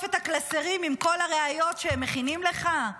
את הקלסרים עם כל הראיות שהם מכינים לך?